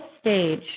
stage